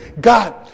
God